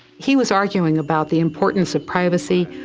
he was arguing about the importance of privacy,